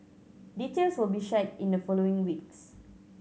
details will be shared in the following weeks